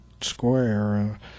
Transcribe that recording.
square